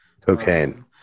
cocaine